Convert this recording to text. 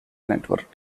network